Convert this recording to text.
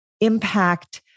impact